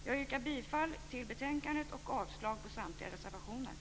Jag yrkar bifall till betänkandet och avslag på samtliga reservationer.